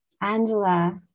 Angela